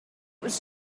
was